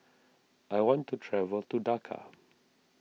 I want to travel to Dhaka